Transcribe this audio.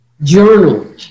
Journal